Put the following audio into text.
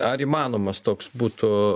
ar įmanomas toks būtų